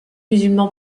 musulmans